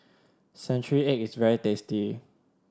century egg is very tasty